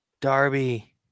Darby